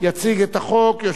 אין הסתייגויות.